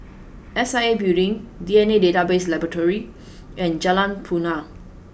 S I A Building D N A Database Laboratory and Jalan Punai